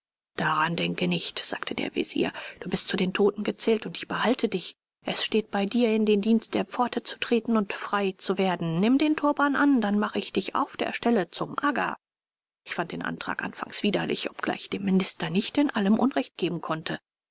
daran denke nicht sagte der vezier du bist zu den toten gezählt und ich behalte dich es steht bei dir in den dienst der pforte zu treten und frei zu werden nimm den turban an dann mache ich dich auf der stelle zum aga ich fand den antrag anfangs widerlich obgleich ich dem minister nicht in allem unrecht geben konnte